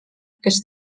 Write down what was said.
kes